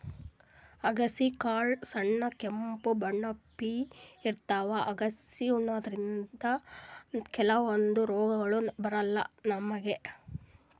ಅಗಸಿ ಕಾಳ್ ಸಣ್ಣ್ ಕೆಂಪ್ ಬಣ್ಣಪ್ಲೆ ಇರ್ತವ್ ಅಗಸಿ ಉಣಾದ್ರಿನ್ದ ಕೆಲವಂದ್ ರೋಗ್ ಬರಲ್ಲಾ ನಮ್ಗ್